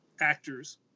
actors